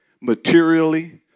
materially